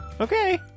Okay